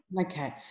Okay